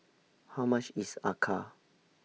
How much IS Acar